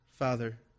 Father